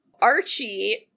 Archie